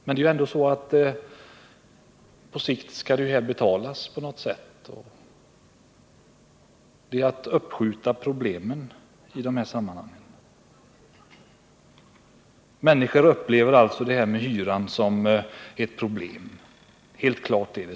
Men det är ändå så att på sikt skall detta betalas på något sätt — det är att skjuta på problemen i dessa sammanhang. Människor upplever alltså det här med hyran som ett problem; det är helt klart.